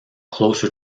closer